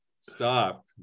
Stop